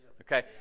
okay